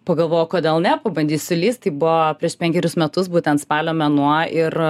pagalvojau kodėl ne pabandysiu įlįst tai buvo prieš penkerius metus būtent spalio mėnuo ir